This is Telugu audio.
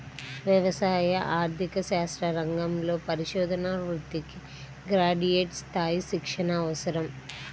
వ్యవసాయ ఆర్థిక శాస్త్ర రంగంలో పరిశోధనా వృత్తికి గ్రాడ్యుయేట్ స్థాయి శిక్షణ అవసరం